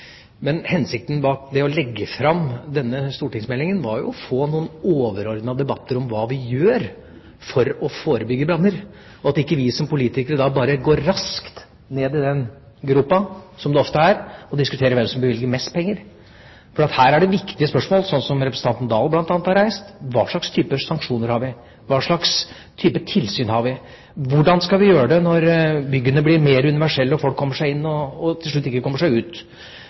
Men hensikten med å legge fram denne stortingsmeldingen var å få noen overordnede debatter om hva vi gjør for å forebygge branner, og at ikke vi som politikere, bare går raskt ned i den gropa – som vi ofte gjør – og diskuterer hvem som bevilger mest penger. For her er det viktige spørsmål, sånn som representanten Oktay Dahl, bl.a., har reist: Hva slags type sanksjoner har vi? Hva slags type tilsyn har vi? Hvordan skal vi gjøre det når byggene blir mer universelle, og folk kommer seg inn, og til slutt ikke kommer seg ut?